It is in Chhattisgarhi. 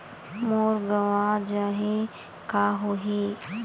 मोर गंवा जाहि का होही?